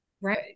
Right